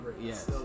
Yes